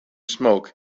smoke